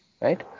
right